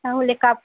নাহলে কাপ